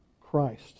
Christ